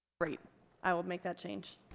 great i will make that change